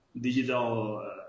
digital